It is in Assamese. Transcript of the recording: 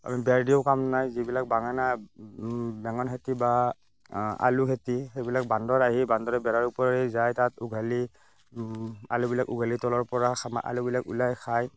আমি বেৰ দিওঁ কাম নাই যিবিলাক বেঙেনা বেঙেনা খেতি বা আলু খেতি সেইবিলাক বান্দৰ আহি বান্দৰে বেৰাৰ ওপৰেদি যায় তাত উঘালি আলুবিলাক উঘালি তলৰ পৰা আলুবিলাক ওলাই খায়